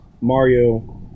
Mario